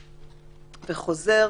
"חוזר"